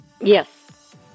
Yes